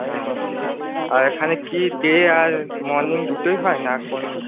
হ্যাঁ আর এখানে কি ডে আর মর্নিং দুটোই হয় না কোন